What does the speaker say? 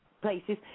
places